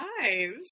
lives